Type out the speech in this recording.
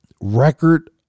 record